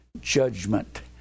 judgment